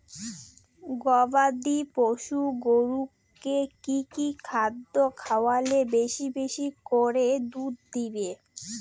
গবাদি পশু গরুকে কী কী খাদ্য খাওয়ালে বেশী বেশী করে দুধ দিবে?